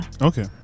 Okay